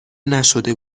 نشده